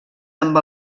amb